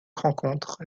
rencontres